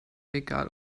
egal